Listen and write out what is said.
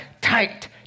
tight